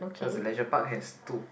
cause the leisure park has two